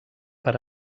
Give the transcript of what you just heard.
per